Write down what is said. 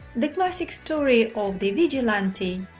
the classic story of the vigilante,